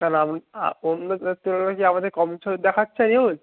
না না অন্য তুলনায় কি আমাদের কম ছবি দেখাচ্ছে নিউজ